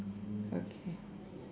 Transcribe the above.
okay